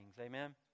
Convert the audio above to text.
amen